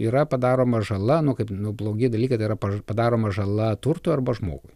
yra padaroma žala nu kaip blogi dalykai tai yra padaroma žala turtui arba žmogui